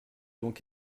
donc